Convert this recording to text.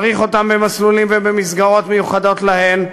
צריך אותם במסלולים ובמסגרות מיוחדות להם,